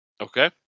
okay